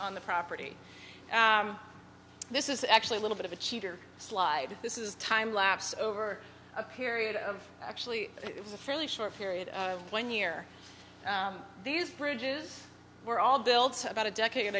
on the property this is actually a little bit of a cheater slide this is time lapse over a period of actually it was a fairly short period one year these bridges were all built about a decade